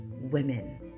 women